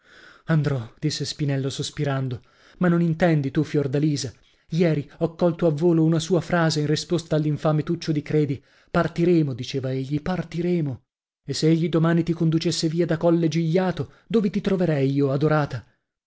andrò disse spinello sospirando ma non intendi tu fiordalisa ieri ho colto a volo una sua frase in risposta all'infame tuccio di credi partiremo diceva egli partiremo e se egli domani ti conducesse via da colle gigliato dove ti troverei io adorata